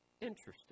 interesting